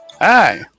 Hi